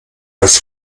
als